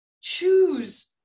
choose